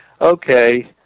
okay